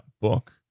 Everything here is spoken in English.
book